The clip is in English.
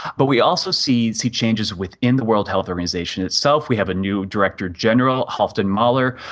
but we also see see changes within the world health organisation itself, we have a new director general, halfdan mahler,